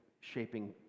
shaping